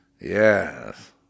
Yes